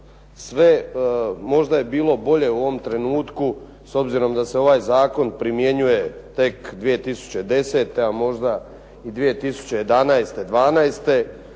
sve možda je bilo bolje u ovom trenutku s obzirom da se ovaj zakon primjenjuje tek 2010. a možda i 2011., 2012.